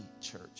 church